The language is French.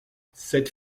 cette